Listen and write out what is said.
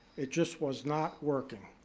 it just was not working.